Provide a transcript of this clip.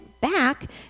back